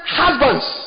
husbands